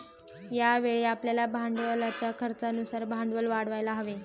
यावेळी आपल्याला भांडवलाच्या खर्चानुसार भांडवल वाढवायला हवे